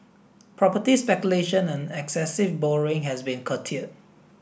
property speculation and excessive borrowing has been curtail